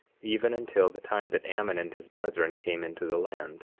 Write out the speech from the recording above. even until the time that ammon and his brethren came into the land.